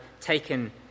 taken